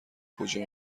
کجا